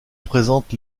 présentent